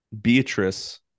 Beatrice